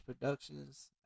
Productions